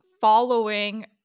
following